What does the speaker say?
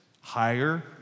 Higher